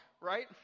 right